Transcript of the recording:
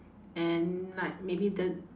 and like maybe the